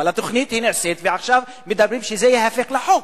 אבל התוכנית נעשית, ועכשיו מדברים שזה ייהפך לחוק.